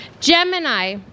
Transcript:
Gemini